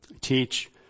Teach